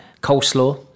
coleslaw